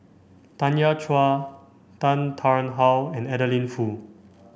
Tanya Chua Tan Tarn How and Adeline Foo